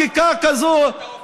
אתה ממש הופך את היוצרות.